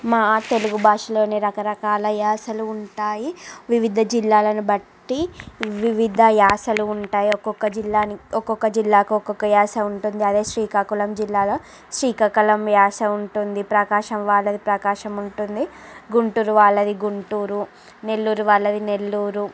మా తెలుగు భాషలోని రకరకాల యాసలు ఉంటాయి వివిధ జిల్లాలను పట్టి వివిధ యాసలు ఉంటాయి ఒకొక్క జిల్లాని ఒకొక్క జిల్లాకి ఒకొక్క యాస ఉంటుంది అదే శ్రీకాకుళం జిల్లాలో శ్రీకాకుళం యాస ఉంటుంది ప్రకాశం వాళ్ళది ప్రకాశం ఉంటుంది గుంటూరు వాళ్ళది గుంటూరు నెల్లూరు వాళ్ళది నెల్లూరు